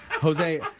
Jose